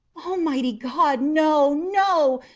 almighty god no, no!